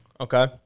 Okay